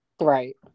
Right